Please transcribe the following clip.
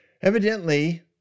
Evidently